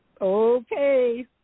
Okay